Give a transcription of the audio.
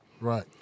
Right